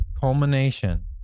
culmination